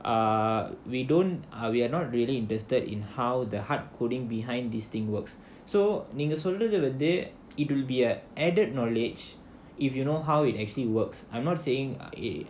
uh we don't ah we're not really interested in how the hard coding behind this thing works so நீங்க சொல்றது வந்து:neenga solrathu vandhu it'll be a added knowledge if you know how it actually works I'm not saying a